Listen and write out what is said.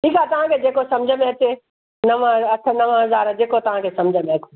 ठीकु आहे तव्हांखे जेको समुझ में अचे नव अठ नव हज़ार जेको तव्हांखे समुझ में अचे